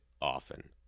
often